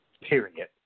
Period